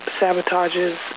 sabotages